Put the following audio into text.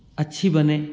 अच्छी बने